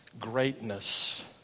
greatness